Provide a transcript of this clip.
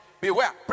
beware